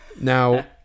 Now